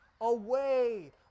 away